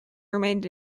remained